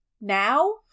now